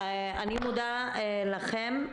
אני מודה לכם.